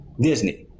Disney